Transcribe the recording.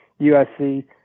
USC